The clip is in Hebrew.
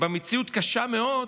במציאות קשה מאוד,